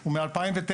הוא מ-2009.